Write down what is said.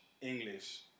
English